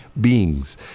beings